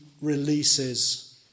releases